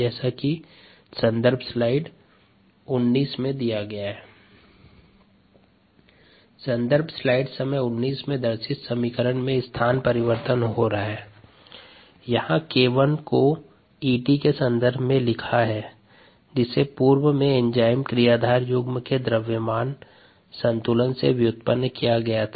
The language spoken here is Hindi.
k1ESk2ESk3ES संदर्भ स्लाइड टाइम 1900 संदर्भ स्लाइड समय 1900 में दर्शित समीकरण में स्थान परिवर्तन हो रहा हैं यहाँ 𝒌𝟏 को Et के संदर्भ में लिखा हैं जिसे पूर्व में एंजाइम क्रियाधाए युग्म के द्रव्यमान संतुलन से व्युत्पन्न किया गया था